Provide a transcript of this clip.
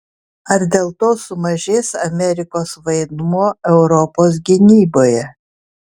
ar dėl to sumažės amerikos vaidmuo europos gynyboje